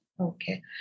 Okay